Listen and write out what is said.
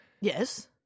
Yes